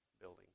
building